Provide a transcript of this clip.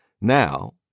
Now